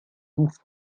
touffes